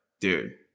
dude